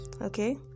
Okay